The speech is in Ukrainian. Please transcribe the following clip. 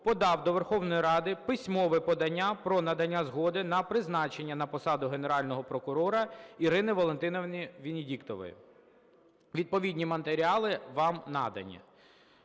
подав до Верховної Ради письмове подання про надання згоди на призначення на посаду Генерального прокурора Ірини Валентинівни Венедіктової. Відповідні матеріали вам надані.